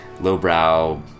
lowbrow